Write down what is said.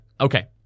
Okay